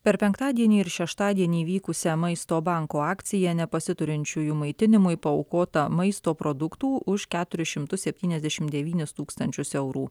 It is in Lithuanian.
per penktadienį ir šeštadienį vykusią maisto banko akciją nepasiturinčiųjų maitinimui paaukota maisto produktų už keturis šimtus septyniasdešimt devynis tūkstančius eurų